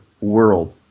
world